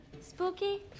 Spooky